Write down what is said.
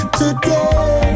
today